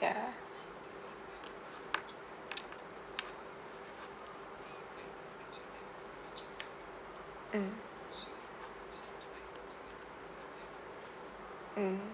ya mm ya mm mm